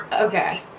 okay